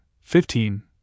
fifteen